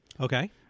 Okay